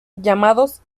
llamados